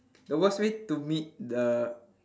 the worst way to meet the